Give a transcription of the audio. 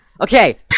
Okay